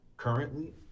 currently